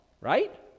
right